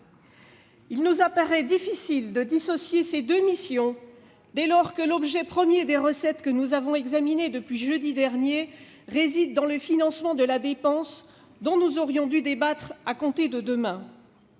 Il nous apparaît difficile de dissocier ces deux missions, dès lors que l'objet premier des recettes que nous avons examinées depuis jeudi dernier réside dans le financement de la dépense dont nous aurions dû débattre à compter de ce soir.